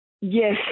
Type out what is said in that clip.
Yes